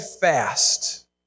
fast